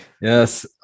Yes